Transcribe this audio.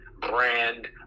brand